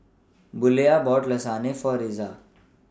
Buelah bought Lasagne For Iza